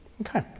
Okay